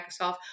Microsoft